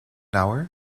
hour